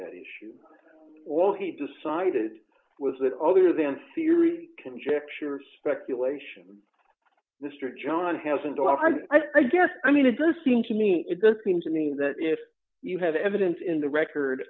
that issue all he decided was that other than theory conjecture speculation mr john hasn't already i guess i mean it does seem to me it does seem to me that if you have evidence in the record